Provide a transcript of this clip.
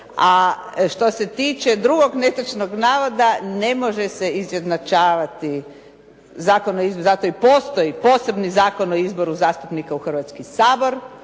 A što se tiče drugog netočnog navoda ne može se izjednačavati, zato i postoji posebni Zakon o izboru zastupnika u Hrvatski sabor,